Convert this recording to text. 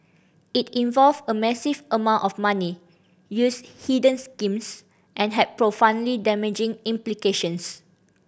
it involved a massive amount of money used hidden schemes and had profoundly damaging implications